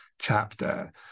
chapter